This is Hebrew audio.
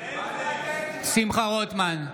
רוטמן,